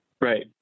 right